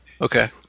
Okay